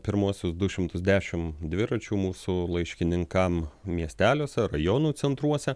pirmuosius du šimtus dešim dviračių mūsų laiškininkam miesteliuose rajonų centruose